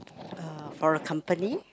uh for a company